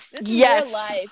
yes